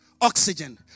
oxygen